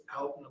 out